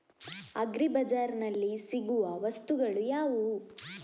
Agri ಬಜಾರ್ನಲ್ಲಿ ಸಿಗುವ ವಸ್ತುಗಳು ಯಾವುವು?